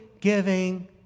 giving